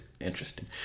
Interesting